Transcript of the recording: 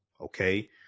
okay